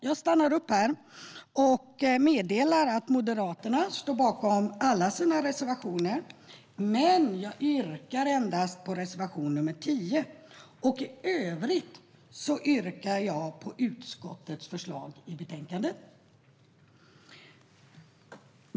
Jag stannar upp här och meddelar att Moderaterna står bakom alla sina reservationer, men jag yrkar bifall endast till reservation nr 10. I övrigt yrkar jag bifall till utskottets förslag i betänkandet.